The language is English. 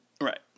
Right